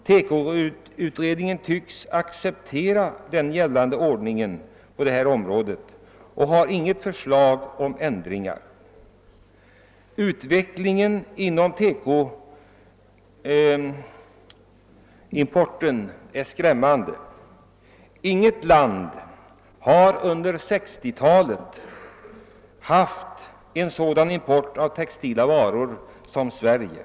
TEKO utredningen tycks acceptera den gällande ordningen på detta område och framlägger sålunda inte några förslag till ändringar. Utvecklingen när det gäller TEKO-importen är skrämmande. Inget land har under 1960-talet haft en så stor import av textilvaror som Sverige.